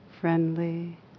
friendly